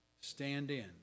stand-in